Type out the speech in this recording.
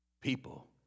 People